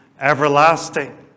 everlasting